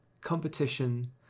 competition